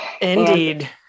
Indeed